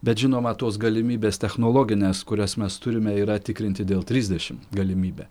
bet žinoma tos galimybės technologinės kurias mes turime yra tikrinti dėl trisdešimt galimybė